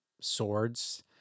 swords